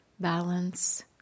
balance